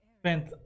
spent